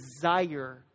desire